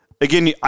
again